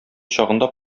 чагында